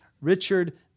Richard